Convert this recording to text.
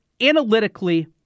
Analytically